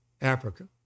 Africa